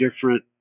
different